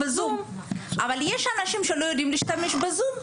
אבל יש אנשים שלא יודעים להשתמש בזום,